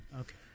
Okay